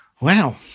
Wow